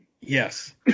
Yes